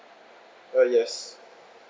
uh yes